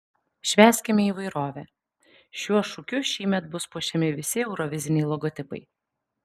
švęskime įvairovę šiuo šūkiu šįmet bus puošiami visi euroviziniai logotipai